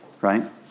right